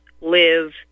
live